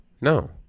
No